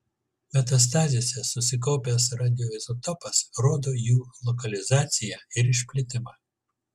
metastazėse susikaupęs radioizotopas rodo jų lokalizaciją ir išplitimą